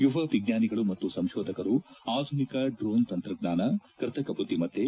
ಯುವ ವಿಜ್ವಾನಿಗಳು ಮತ್ತು ಸಂಕೋಧಕರು ಆಧುನಿಕ ಡ್ರೋನ್ ತಂತ್ರಜ್ವಾನ ಕೃತಕ ಬುದ್ದಿಮತ್ತೆ